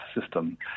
system